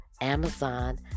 Amazon